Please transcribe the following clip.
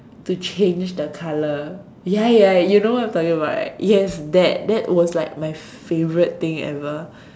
to change the colour ya ya you know what I'm talking about right yes that that was like my favourite thing ever